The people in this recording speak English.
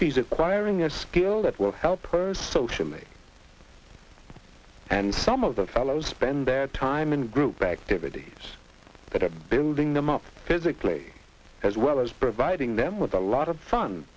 she's acquiring a skill that will help her socially and some of the fellows spend their time in group activities that are building them up physically as well as providing them with a lot of fun